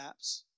apps